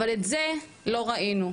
אבל את זה לא ראינו.